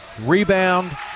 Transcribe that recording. Rebound